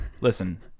listen